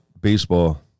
baseball